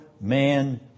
man